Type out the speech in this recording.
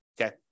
okay